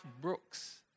Brooks